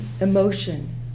emotion